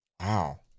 Wow